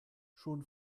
schon